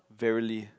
verily